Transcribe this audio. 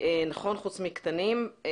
חוץ מקטנים.